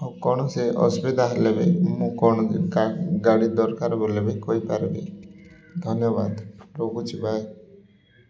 ହଉ କୌଣସି ଅସୁବିଧା ହେଲେ ବି ମୁଁ କଣ ଗାଡ଼ି ଦରକାର ବୋଲେ ବି କହିପାରିବି ଧନ୍ୟବାଦ ରହୁଛି ବାଏ